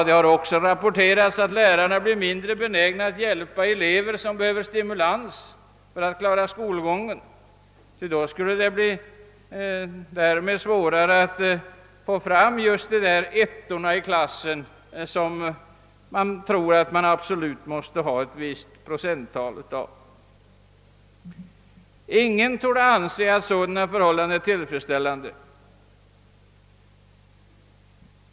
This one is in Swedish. Det har vidare rapporterats att lärarna blir mindre benägna att hjälpa elever som behöver stimulans för att klara skolgången, eftersom det skulle bli svårare att åstadkomma de 1:or i klassen som de tror att de absolut måste ha ett visst procenttal av. Ingen torde anse att sådana förhållanden är tillfredsställande.